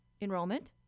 enrollment